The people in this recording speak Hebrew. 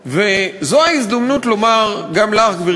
כך שזה יהיה חשוף לכול ולעיני כול.